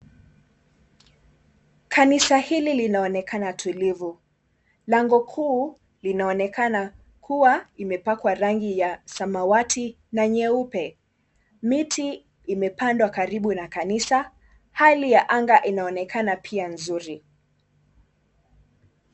Kanisa hili linaonekana tulivu. Lango kuu linaonekana kuwa imepakwa rangi ya samawati na nyeupe. Miti imepandwa karibu na kanisa, hali ya anga inaonekana pia nzuri.